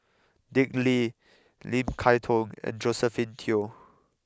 Dick Lee Lim Kay Tong and Josephine Teo